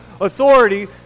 authority